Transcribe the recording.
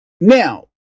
Now